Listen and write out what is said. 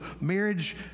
marriage